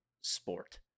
sport